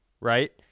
right